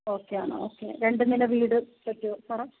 okay ആണ് okay രണ്ട് നില വീട് പറ്റുമോ സാറേ